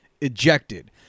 Ejected